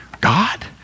God